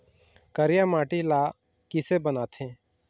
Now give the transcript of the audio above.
करिया माटी ला किसे बनाथे?